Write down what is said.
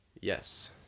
Yes